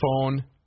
phone